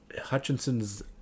Hutchinson's